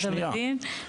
אתה מבין.